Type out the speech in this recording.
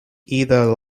either